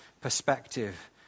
perspective